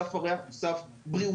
סף הריח הוא סף בריאותי,